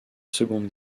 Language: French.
seconde